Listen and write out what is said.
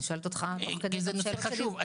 אני שואלת אותך כי זה גם נתון חשוב.